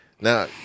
Now